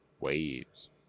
waves